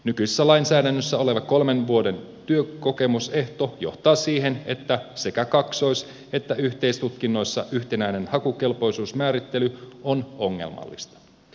nykyisessä lainsäädännössä oleva kolmen vuoden työkokemusehto johtaa siihen että sekä kaksois että yhteistutkinnoissa yhtenäinen hakukelpoisuusmäärittely on ongelmallista